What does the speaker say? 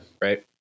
Right